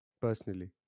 Personally